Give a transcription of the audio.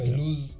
lose